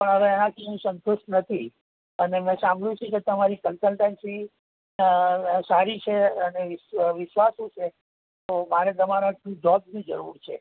પણ હવે એનાથી હું સંતુષ્ટ નથી અને મેં સાંભળ્યું છે કે તમારી કન્સલ્ટન્સી સારી છે અને વિશ્વાસુ છે તો મારે તમારાથી જોબની જરૂર છે